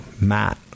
Matt